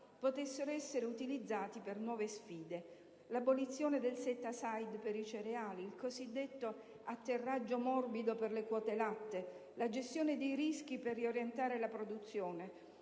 potessero essere utilizzati per nuove sfide; l'abolizione del *set aside* per i cereali; il cosiddetto atterraggio morbido per le quote latte; la gestione dei rischi per riorientare la produzione;